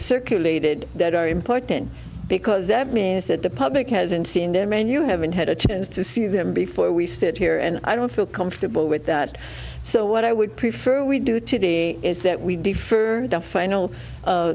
circulated that are important because that means that the public hasn't seen them and you haven't had a chance to see them before we sit here and i don't feel comfortable with that so what i would prefer we do today is that we defer the final